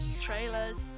Trailers